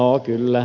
no kyllä